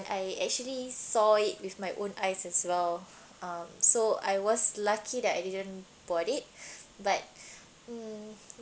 I actually saw it with my own eyes as well uh so I was lucky that I didn't bought it but mm